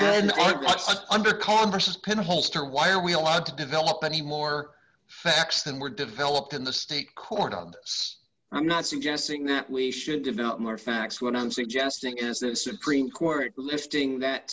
gut under congress pen holster why are we allowed to develop any more facts than were developed in the state court and i'm not suggesting that we should develop more facts what i'm suggesting is that the supreme court listing that